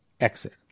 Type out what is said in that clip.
exit